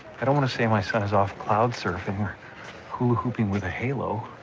i don't want to say my son is off cloud surfing or hula-hooping with a halo.